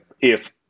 If-